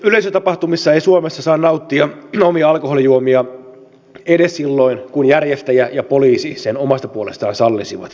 yleisötapahtumissa ei suomessa saa nauttia omia alkoholijuomia edes silloin kun järjestäjä ja poliisi sen omasta puolestaan sallisivat